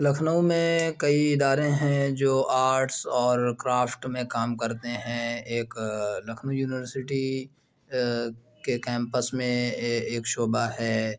لکھنؤ میں کئی ادارے ہیں جو آرٹس اور کرافٹ میں کام کرتے ہیں ایک لکھنؤ یونیورسٹی کے کیمپس میں ایک شعبہ ہے